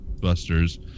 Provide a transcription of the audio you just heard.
...Busters